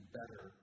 better